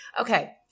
Okay